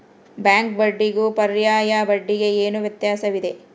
Bank ಬಡ್ಡಿಗೂ ಪರ್ಯಾಯ ಬಡ್ಡಿಗೆ ಏನು ವ್ಯತ್ಯಾಸವಿದೆ?